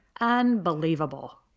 Unbelievable